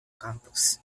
campus